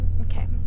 Okay